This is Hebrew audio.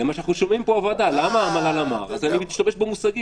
בתקנות, שהן יותר קטנות,